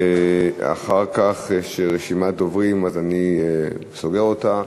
אחר כך יש רשימת דוברים, אז אני סוגר אותה.